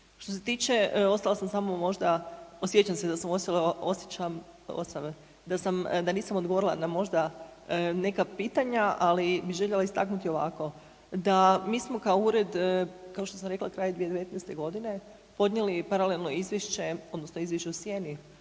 Što se tiče, ostala sam samo možda, osjećam da sam, da nisam odgovorila na možda neka pitanja, ali bi željela istaknuti ovako. Da mi smo kao ured, kao što sam rekla kraj 2019. godine podnijeli paralelno izvješće odnosno izvješće u sjeni